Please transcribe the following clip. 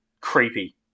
creepy